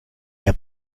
mehr